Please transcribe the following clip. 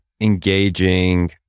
engaging